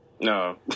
No